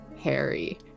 Harry